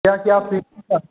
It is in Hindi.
क्या क्या आप सीखना है